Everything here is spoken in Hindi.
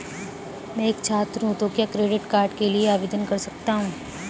मैं एक छात्र हूँ तो क्या क्रेडिट कार्ड के लिए आवेदन कर सकता हूँ?